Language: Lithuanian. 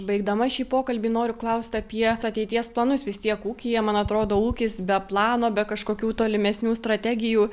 baigdama šį pokalbį noriu klaust apie ateities planus vis tiek ūkyje man atrodo ūkis be plano be kažkokių tolimesnių strategijų